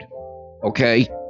okay